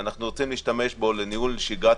שאנחנו רוצים להשתמש בו לניהול שגרת